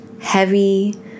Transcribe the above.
heavy